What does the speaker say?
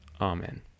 Amen